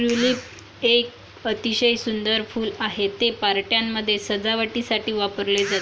tulip एक अतिशय सुंदर फूल आहे, ते पार्ट्यांमध्ये सजावटीसाठी वापरले जाते